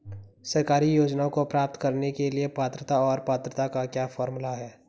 सरकारी योजनाओं को प्राप्त करने के लिए पात्रता और पात्रता का क्या फार्मूला है?